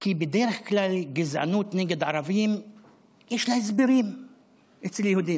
כי בדרך כלל לגזענות נגד ערבים יש הסברים אצל יהודים: